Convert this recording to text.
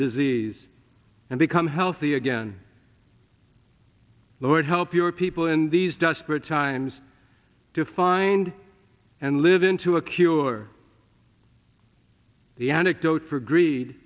disease and become healthy again lord help your people in these desperate times to find and live into a cure the anecdote for greed